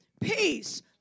peace